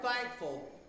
thankful